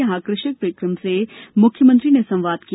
यहां कृषक विक्रम सिंह से मुख्यमंत्री ने संवाद किया